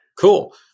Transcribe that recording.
Cool